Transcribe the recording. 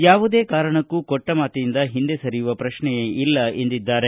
ಯಾವುದೇ ಕಾರಣಕ್ಕೂ ಕೊಟ್ಟ ಮಾತಿನಿಂದ ಹಿಂದೆ ಸರಿಯುವ ಪ್ರಶ್ನೆ ಇಲ್ಲ ಎಂದಿದ್ದಾರೆ